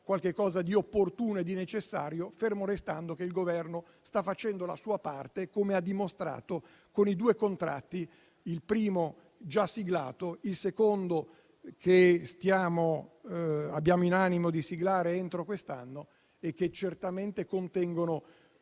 risorse, sia opportuno e necessario, fermo restando che il Governo sta facendo la sua parte come ha dimostrato con i due contratti, di cui il primo è già siglato e il secondo abbiamo in animo di siglare entro quest'anno. Tali contratti certamente contengono